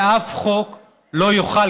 אף חוק לא יוכל,